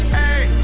hey